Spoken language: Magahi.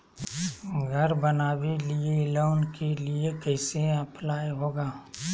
घर बनावे लिय लोन के लिए कैसे अप्लाई होगा?